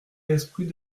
l’esprit